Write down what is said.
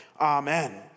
Amen